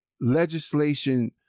legislation